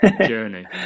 journey